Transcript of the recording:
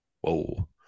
Whoa